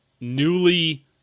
newly